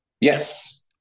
Yes